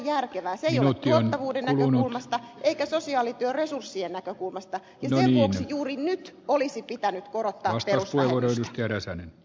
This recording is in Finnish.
se ei ole järkevää tuottavuuden näkökulmasta eikä sosiaalityön resurssien näkökulmasta ja sen vuoksi juuri nyt olisi pitänyt korottaa perusvähennystä